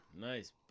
Nice